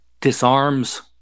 disarms